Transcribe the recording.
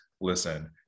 listen